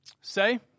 Say